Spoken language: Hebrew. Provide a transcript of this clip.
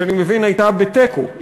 שאני מבין שהייתה בתיקו,